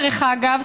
דרך אגב,